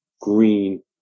green